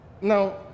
now